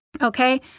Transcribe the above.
okay